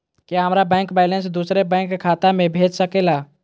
क्या हमारा bank balance दूसरे बैंक खाता में भेज सके ला?